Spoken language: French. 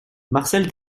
marcel